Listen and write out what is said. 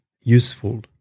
useful